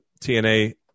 TNA